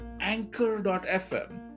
anchor.fm